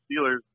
Steelers